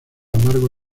amargo